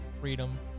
freedom